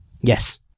Yes